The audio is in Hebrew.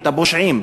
את הפושעים,